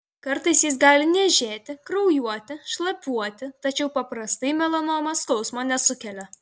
kartais jis gali niežėti kraujuoti šlapiuoti tačiau paprastai melanoma skausmo nesukelia